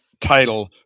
title